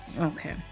Okay